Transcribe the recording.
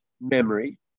memory